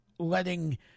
letting